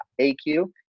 AQ